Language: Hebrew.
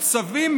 צווים,